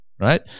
right